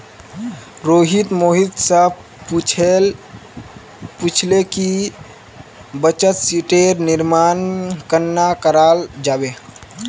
रोहित मोहित स पूछले कि बचत शीटेर निर्माण कन्ना कराल जाबे